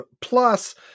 Plus